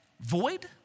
void